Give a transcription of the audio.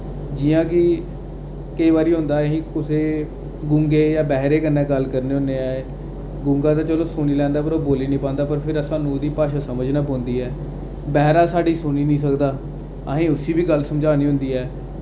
जि'यां कि केईं बारी होंदा असीं कुसै गूंगे जां बैह्ऱे कन्नै गल्ल करने होन्ने आं गूंगा ते चलो सुनी लैंदा पर ओह् बोल्ली निं पांदा पर फ्ही साह्नू उ'दी भाशा समझने पौंदी ऐ बैह्रा साढ़ी सुनी निं सकदा असें उस्सी बी गल्ल समझानी होंदी ऐ